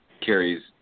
carries